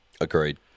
Agreed